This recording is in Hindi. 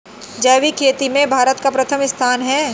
जैविक खेती में भारत का प्रथम स्थान है